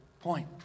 point